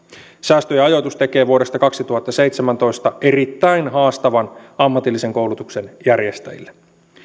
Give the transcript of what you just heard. säästöjen ajoitus tekee vuodesta kaksituhattaseitsemäntoista erittäin haastavan ammatillisen koulutuksen järjestäjille